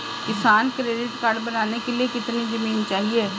किसान credit card बनाने के लिए कितनी जमीन चाहिए?